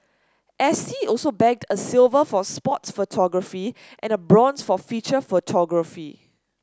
S T also bagged a silver for sports photography and a bronze for feature photography